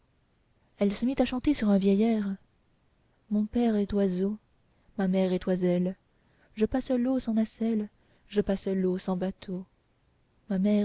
elle se mit à chanter sur un vieil air mon père est oiseau ma mère est oiselle je passe l'eau sans nacelle je passe l'eau sans bateau ma mère